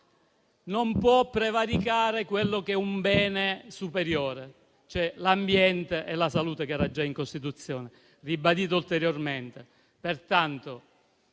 non può prevaricare un bene superiore, cioè l'ambiente e la salute che era già in Costituzione e che viene ribadito ulteriormente.